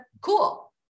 cool